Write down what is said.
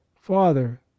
father